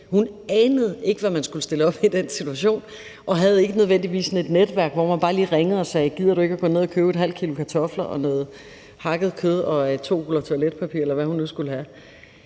hun anede ikke, hvad man skulle stille op i den situation, og havde ikke nødvendigvis et netværk, hvor man bare lige ringede og sagde: Gider du ikke at gå ned og købe ½ kg kartofler og noget hakket kød og to ruller toiletpapir? Det er bare for at sige, at